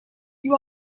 you